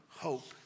hope